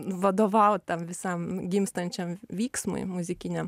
vadovaut tam visam gimstančiam vyksmui muzikiniam